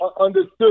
understood